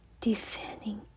defending